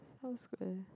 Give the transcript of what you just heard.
house where